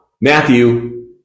Matthew